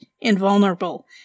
invulnerable